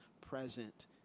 present